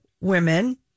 women